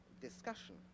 discussion